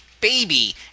baby